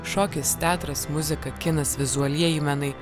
šokis teatras muzika kinas vizualieji menai